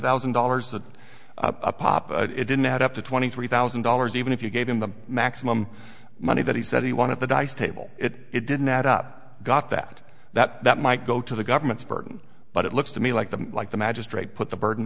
thousand dollars a pop but it didn't add up to twenty three thousand dollars even if you gave him the maximum money that he said he wanted the dice table it didn't add up got that that might go to the government's burden but it looks to me like the like the magistrate put the burden